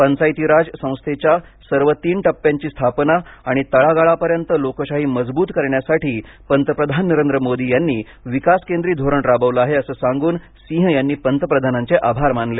पंचायती राज संस्थेच्या सर्व तीन टप्प्यांची स्थापना आणि तळागाळापर्यंत लोकशाही मजबूत करण्यासाठी पंतप्रधान नरेंद्र मोदी यांनी विकासकेंद्री धोऱण राबवलं आहे असं सांगून सिंह यांनी पंतप्रधानांचे आभार मानले